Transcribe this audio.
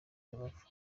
rubavu